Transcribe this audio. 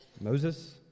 Moses